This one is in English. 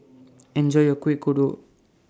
Enjoy your Kuih Kodok